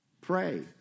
pray